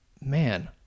man